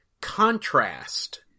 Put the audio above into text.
contrast